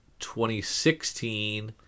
2016